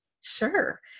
Sure